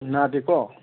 ꯅꯥꯗꯦꯀꯣ